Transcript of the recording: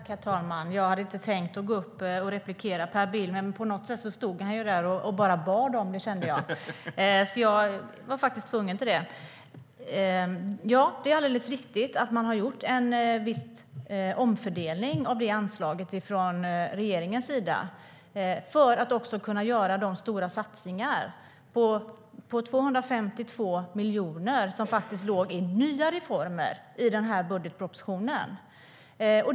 Herr talman! Jag hade inte tänkt replikera på Per Bill, men på något sätt stod han ju där och bara bad om det. Därför var jag tvungen till det. Det är alldeles riktigt att man har gjort en viss omfördelning av det anslaget från regeringens sida för att kunna göra de stora satsningar på 252 miljoner som låg i nya reformer i den här budgetpropositionen.